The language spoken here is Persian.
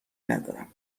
ندارم